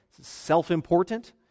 self-important